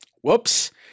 Whoops